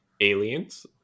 aliens